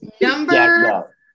number